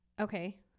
Okay